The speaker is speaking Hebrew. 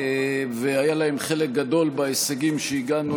והיה להם חלק גדול בהישגים שהגענו